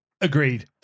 Agreed